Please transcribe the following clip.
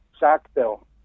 Sackville